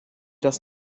das